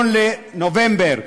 1 בנובמבר,